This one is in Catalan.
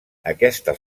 aquesta